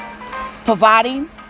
Providing